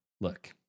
Look